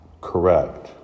correct